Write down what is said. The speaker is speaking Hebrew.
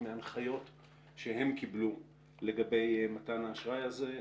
מההנחיות שהם קיבלו לגבי מתן האשראי הזה.